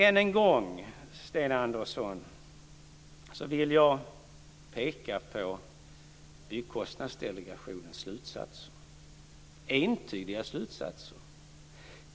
Än en gång, Sten Andersson, så vill jag peka på Byggkostnadsdelegationens slutsatser - dess entydiga slutsatser.